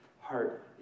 heart